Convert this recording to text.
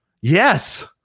yes